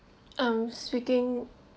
um speaking